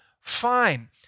fine